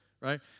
right